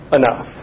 enough